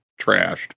trashed